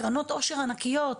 קרנות עושר ענקיות,